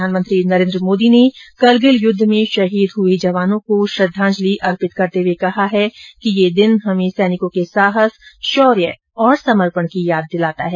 प्रधानमंत्री नरेन्द्र मोदी ने करगिल युद्ध में शहीद हुए जवानों को श्रद्दाजंलि अर्पित करते हुए कहा है कि यह दिवस हमे सैनिकों के साहस शौर्य और समर्पण को याद दिलाता है